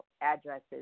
addresses